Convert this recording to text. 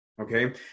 okay